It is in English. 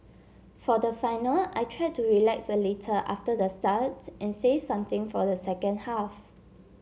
for the final I tried to relax a little after the start and save something for the second half